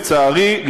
לצערי,